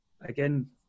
again